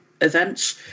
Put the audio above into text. events